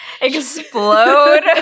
explode